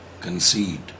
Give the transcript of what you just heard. concede